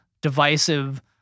divisive